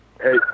Hey